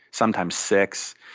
sometimes six.